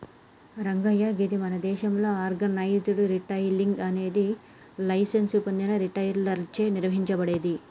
రంగయ్య గీది మన దేసంలో ఆర్గనైజ్డ్ రిటైలింగ్ అనేది లైసెన్స్ పొందిన రిటైలర్లచే నిర్వహించబడేది